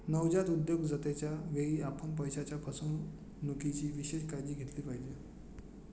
नवजात उद्योजकतेच्या वेळी, आपण पैशाच्या फसवणुकीची विशेष काळजी घेतली पाहिजे